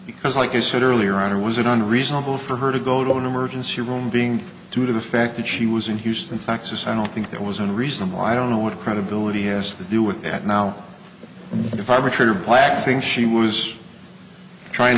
because like i said earlier on or was it on reasonable for her to go to an emergency room being due to the fact that she was in houston texas i don't think that was unreasonable i don't know what credibility has to do with that now if arbitrator blackfin she was trying